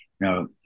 Now